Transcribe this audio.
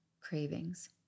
cravings